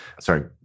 sorry